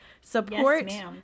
support